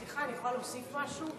סליחה, אני יכולה להוסיף משהו?